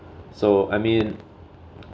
so I mean